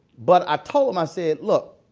but i told them. i said, look